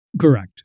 Correct